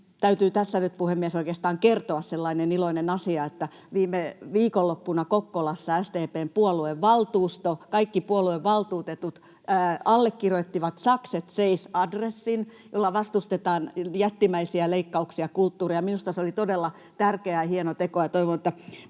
täytyy tässä nyt, puhemies, oikeastaan kertoa sellainen iloinen asia, että viime viikonloppuna Kokkolassa SDP:n puoluevaltuuston kaikki puoluevaltuutetut allekirjoittivat Sakset seis ‑adressin, jolla vastustetaan jättimäisiä leikkauksia kulttuuriin, ja minusta se oli todella tärkeä ja hieno teko, ja toivon, että